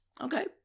Okay